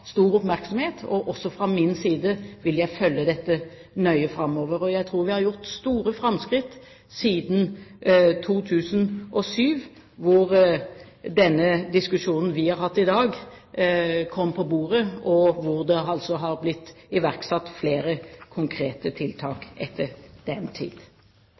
stor oppmerksomhet, og også fra min side vil jeg følge dette nøye framover. Jeg tror vi har gjort store framskritt siden 2007, da den diskusjonen vi har hatt i dag, kom på bordet. Det har altså blitt iverksatt flere konkrete tiltak etter den tid.